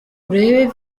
urebe